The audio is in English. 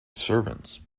servants